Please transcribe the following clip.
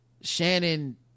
Shannon